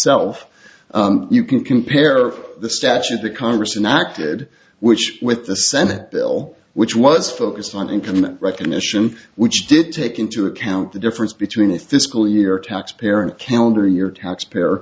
self you can compare the statute to congress and acted which with the senate bill which was focused on income recognition which did take into account the difference between a fiscal year taxpayer and calendar year taxpayer